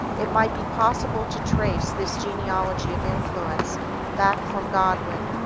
it might be possible to trace this genealogy of influence back from godwin,